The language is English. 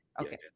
Okay